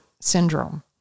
syndrome